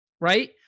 right